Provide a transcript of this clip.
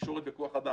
תקשורת וכוח אדם.